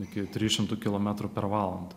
iki trijų šimtų kilometrų per valandą